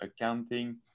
accounting